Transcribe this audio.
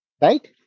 Right